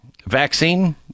vaccine